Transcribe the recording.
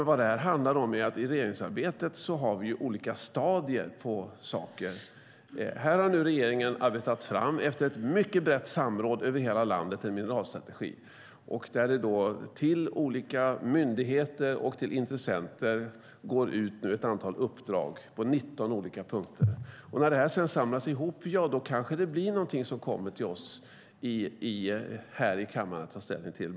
Vad detta handlar om är att vi i regeringsarbetet har olika stadier på saker. Här har nu regeringen efter ett mycket brett samråd över hela landet arbetat fram en mineralstrategi. Till olika myndigheter och intressenter går nu ett antal uppdrag ut på 19 olika punkter. När detta sedan samlas ihop kanske det blir någonting som kommer till oss här i kammaren att ta ställning till.